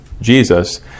Jesus